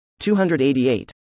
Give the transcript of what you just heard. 288